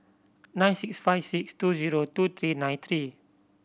nine six five six two zero two three nine three